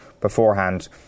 beforehand